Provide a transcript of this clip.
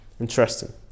Interesting